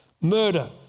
murder